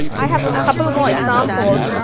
i have a couple of more examples